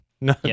no